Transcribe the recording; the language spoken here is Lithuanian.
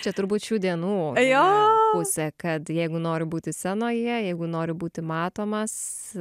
čia turbūt šių dienų jo ausyse kad jeigu noriu būti scenoje jeigu noriu būti matomas